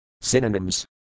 Synonyms